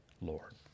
Lord